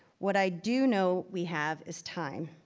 what i do know we have is time.